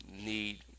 need